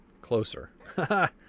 Closer